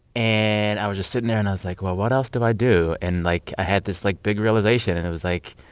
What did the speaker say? and i was just sitting there. and i was like, well, what else do i do? and, like, i had this, like, big realization. and it was like,